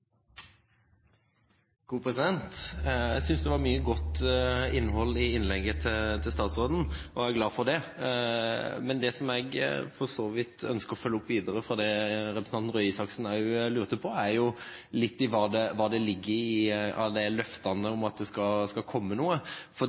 glad for det. Men det som jeg for så vidt ønsker å følge opp videre, i forlengelsen av det representanten Røe Isaksen lurte på, er hva som ligger i alle de løftene om at det skal komme noe. For